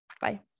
Bye